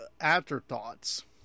afterthoughts